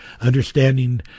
understanding